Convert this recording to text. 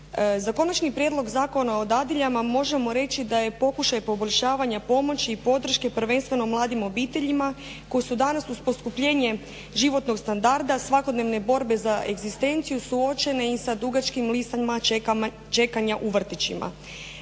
Za konačno prijedlog Zakona o dadiljama možemo reći da je pokušaj poboljšavanja pomoći i podrške prvenstveno mladim obiteljima koje su dana uz poskupljenje životnog standarda, svakodnevne borbe za egzistenciju suočene i sa dugačkim listama čekanja u vrtićima.